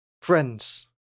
Friends